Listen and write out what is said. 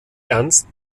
ernst